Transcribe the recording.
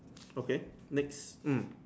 okay next mm